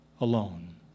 alone